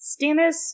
Stannis